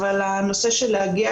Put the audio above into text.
אבל הנושא של להגיע